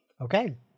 Okay